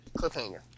cliffhanger